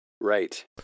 Right